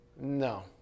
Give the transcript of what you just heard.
No